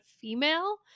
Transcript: female